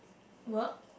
works